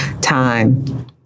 time